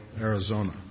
Arizona